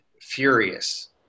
furious